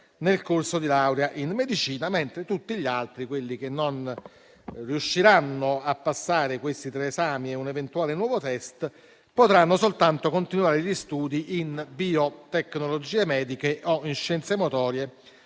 nel corso di laurea in medicina. Tutti gli altri, quelli che non riusciranno a passare questi tre esami e un eventuale nuovo test, potranno soltanto continuare gli studi in biotecnologie mediche o in scienze motorie